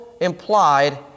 implied